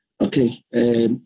Okay